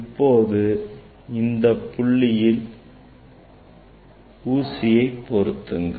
இப்போது இந்தப் புள்ளியில் ஊசியை பொருள் பொருத்துங்கள்